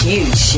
Huge